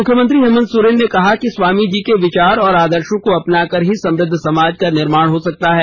मुख्यमंत्री हेमन्त सोरेन ने कहा कि स्वामी जी के विचार और आदर्शो को अपनाकर ही समुद्ध समाज का निर्माण हो सकता है